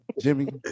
Jimmy